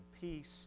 peace